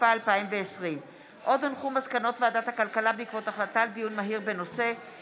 התשפ"א 2020. עוד הונחו מסקנות ועדת הכלכלה בעקבות דיון מהיר בהצעתם